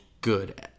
good